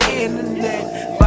internet